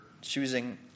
choosing